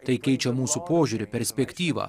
tai keičia mūsų požiūrį perspektyvą